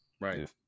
right